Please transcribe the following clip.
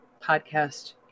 podcast